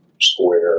square